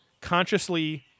consciously